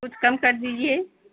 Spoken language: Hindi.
कुछ कम कर दीजिए